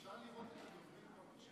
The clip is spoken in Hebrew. אפשר לראות את הדוברים במחשב?